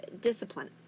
discipline